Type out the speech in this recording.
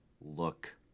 look